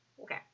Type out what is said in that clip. okay